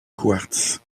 quartz